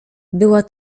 była